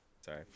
Sorry